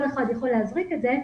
כל אחד יכול להזריק את זה.